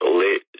lit